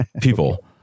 People